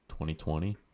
2020